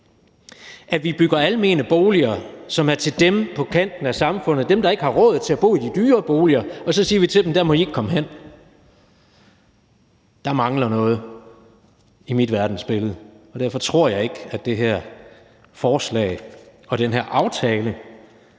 at vi bygger almene boliger, som er til dem på kanten af samfundet, dem, der ikke har råd til at bo i de dyre boliger, og så siger vi til dem: Der må I ikke komme hen. Der mangler noget i mit verdensbillede, og derfor tror jeg ikke, at det her forslag og den her aftale